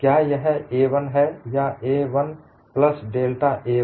क्या यह a 1 है या a 1 प्लस डेल्टा a 1